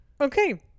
okay